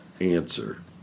answer